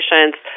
patient's